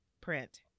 print